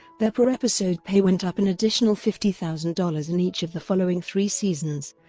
their per-episode pay went up an additional fifty thousand dollars in each of the following three seasons,